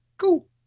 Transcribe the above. cool